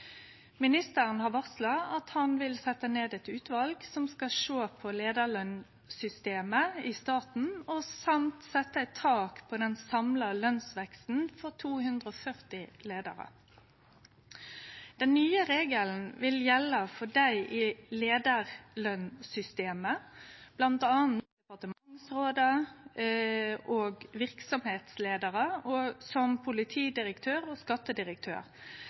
Ministeren har varsla at han vil setje ned eit utval som skal sjå på leiarlønssystemet i staten og setje eit tak på den samla lønsveksten for 240 leiarar. Den nye regelen vil gjelde for dei i leiarlønssystemet, bl.a. for departementsrådar og verksemdsleiarar som politidirektør og skattedirektør,